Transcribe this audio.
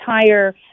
entire